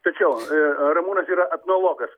tačiau ramūras yra etnologas